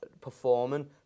performing